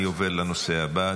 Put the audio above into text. אני עובר לנושא הבא.